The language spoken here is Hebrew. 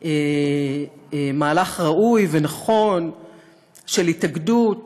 ראוי ונכון של התאגדות